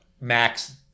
Max